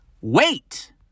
wait